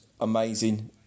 amazing